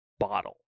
bottle